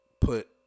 put